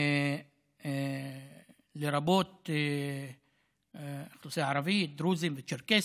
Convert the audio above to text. לרבות דרוזים וצ'רקסים.